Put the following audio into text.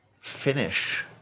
finish